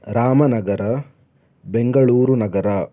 Ramanagara Bengaluru Nagar